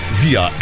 via